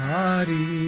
Hari